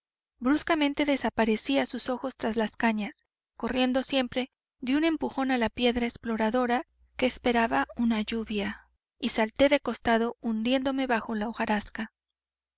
bruscamente desaparecí a sus ojos tras las cañas corriendo siempre di un empujón a la piedra exploradora que esperaba una lluvia y salté de costado hundiéndome bajo la hojarasca